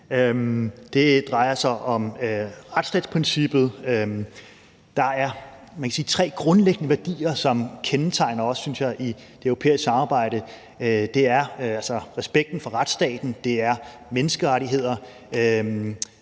Det drejer sig også om retsstatsprincippet. Der er tre grundlæggende værdier, synes jeg, som kendetegner os i det europæiske samarbejde, og det er respekten for retsstaten, det er menneskerettigheder,